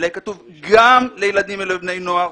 אלא שיהיה כתוב "גם" לילדים ולבני נוער,